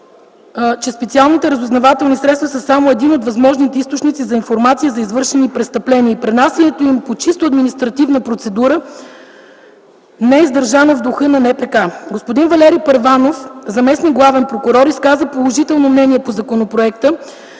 че специалните разузнавателни средства са само един от възможните източници за информация за извършени престъпления и пренасянето им по чисто административна процедура не е издържано в духа на Наказателно-процесуалния кодекс. Господин Валери Първанов – заместник-главен прокурор, изказа положително мнение по законопроекта